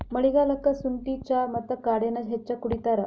ಮಳಿಗಾಲಕ್ಕ ಸುಂಠಿ ಚಾ ಮತ್ತ ಕಾಡೆನಾ ಹೆಚ್ಚ ಕುಡಿತಾರ